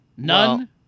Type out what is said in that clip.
None